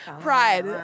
Pride